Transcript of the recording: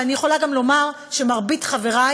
ואני גם יכולה לומר שמרבית חברי